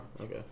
okay